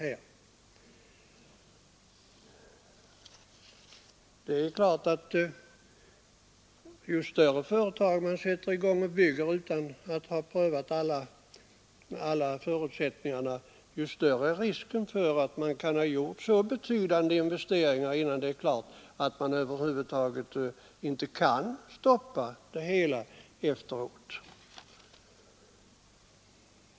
Ju större anläggning ett företag sätter i gång att bygga utan att ha prövat alla förutsättningar, desto större är givetvis risken att företaget kan ha gjort så betydande investeringar att det över huvud taget inte går att stoppa det hela efteråt.